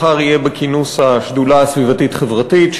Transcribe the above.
מחר הוא יהיה בכינוס השדולה הסביבתית-חברתית,